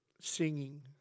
singing